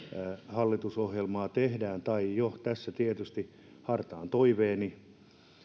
hallitusohjelmaa tehdään tai tässä jo tietysti hartaan toiveeni